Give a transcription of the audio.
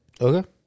Okay